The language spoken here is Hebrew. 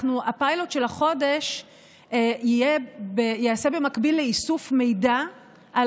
הפיילוט של החודש ייעשה במקביל לאיסוף מידע על